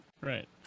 right